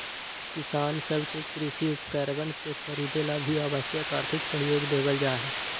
किसान सब के कृषि उपकरणवन के खरीदे ला भी आवश्यक आर्थिक सहयोग देवल जाहई